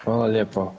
Hvala lijepo.